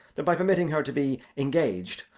that by permitting her to be engaged,